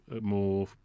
more